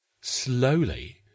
Slowly